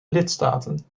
lidstaten